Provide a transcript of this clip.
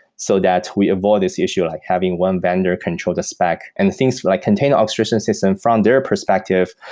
so that we avoid this issue, like having one vendor control the spec. and things, like container orchestration system from their perspective,